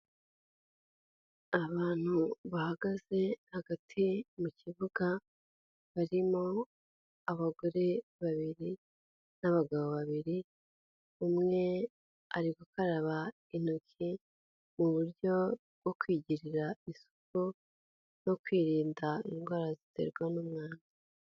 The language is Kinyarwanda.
Abantu bahagaze hagati mu kibuga, barimo abagore babiri n'abagabo babiri, umwe ari gukaraba intoki mu buryo bwo kwigirira isuku no kwirinda indwara ziterwa n'umwanda.